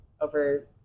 over